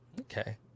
Okay